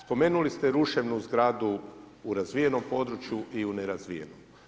Spomenuli ste ruševnu zgradu u razvijenom području i u nerazvijenom.